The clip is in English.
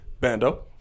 Bando